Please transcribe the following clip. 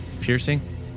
piercing